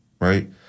right